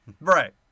Right